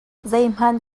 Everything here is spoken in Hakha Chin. zeihmanh